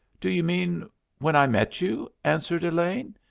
do you mean when i met you? answered elaine.